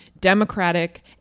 Democratic